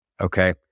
Okay